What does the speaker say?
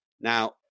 Now